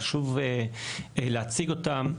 חשוב להציג אותן.